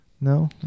No